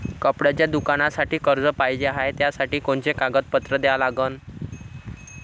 कपड्याच्या दुकानासाठी कर्ज पाहिजे हाय, त्यासाठी कोनचे कागदपत्र द्या लागन?